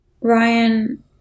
Ryan